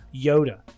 Yoda